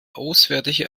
auswärtige